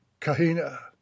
Kahina